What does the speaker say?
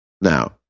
Now